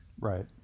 right